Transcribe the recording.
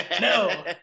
no